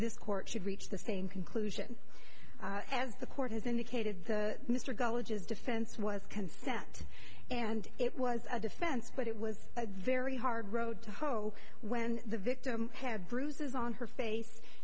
this court should reach the same conclusion as the court has indicated mr gullit his defense was consent and it was a defense but it was a very hard road to hoe when the victim have bruises on her face